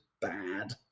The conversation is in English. bad